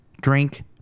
drink